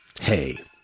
Hey